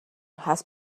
has